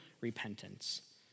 repentance